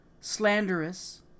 slanderous